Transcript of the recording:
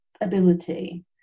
ability